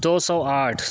دو سو آٹھ